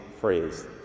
phrase